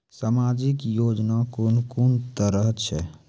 समाजिक योजना कून कून तरहक छै?